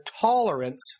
tolerance